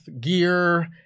gear